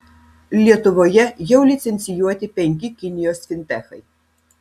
lietuvoje jau licencijuoti penki kinijos fintechai